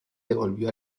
devolvió